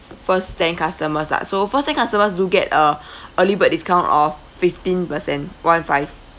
first ten customers lah so first ten customers do get a early bird discount of fifteen percent one five